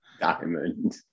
Diamond